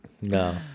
No